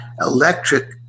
electric